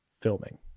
filming